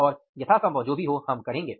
और यथा संभव जो भी हो हम करेंगे